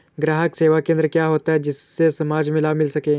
ग्राहक सेवा केंद्र क्या होता है जिससे समाज में लाभ मिल सके?